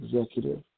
executive